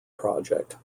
project